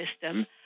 system